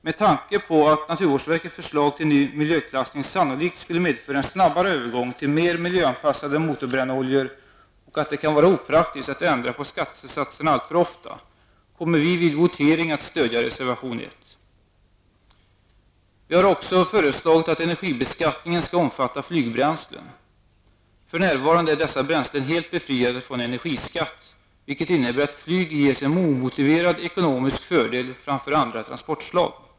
Med tanke på att naturvårdsverkets förslag till ny miljöklassning sannolikt skulle medföra en snabbare övergång till mer miljöanpassade motorbrännoljor och att det kan vara opraktiskt att ändra på skattesatserna alltför ofta kommer vi vid votering att stödja reservation nr 1. Vi har också föreslagit att energibeskattningen skall omfatta flygbränslen. För närvarande är dessa bränslen helt befriade från energiskatt, vilket innebär att flyg ges en omotiverad ekonomisk fördel framför andra transportslag.